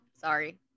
sorry